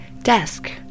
desk